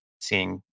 seeing